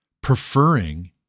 preferring